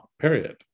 period